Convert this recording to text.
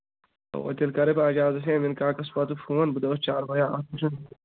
اَوا تیٚلہِ کَرَے بہٕ اعجازَس أمیٖن کاکَس پَتہٕ فون بہٕ دَپَس چاروٲیا اَکھ وٕچھُن